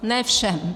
Ne všem.